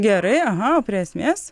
gerai aha prie esmės